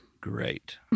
Great